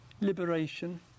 liberation